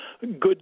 Good